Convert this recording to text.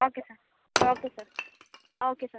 okay sir okay sir okay sir